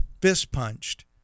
fist-punched